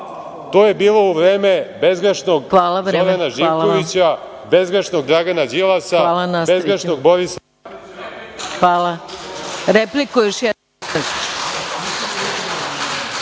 To je bilo u vreme bezgrešnog Zorana Živkovića, bezgrešnog Dragana Đilasa, bezgrešnog Borisa Tadića,